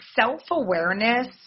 self-awareness